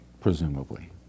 presumably